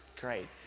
great